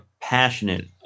Passionate